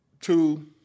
two